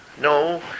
No